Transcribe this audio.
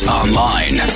online